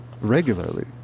regularly